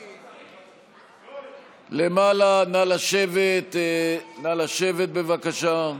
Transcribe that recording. למעלה, נא לשבת, בבקשה.